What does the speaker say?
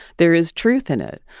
there is truth in it,